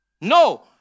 No